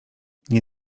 nie